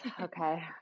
Okay